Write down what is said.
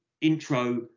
intro